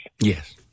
Yes